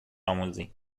آموزی